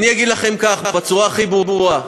אני אגיד לכם בצורה הכי ברורה: